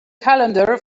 calendar